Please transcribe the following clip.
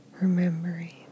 remembering